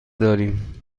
داریم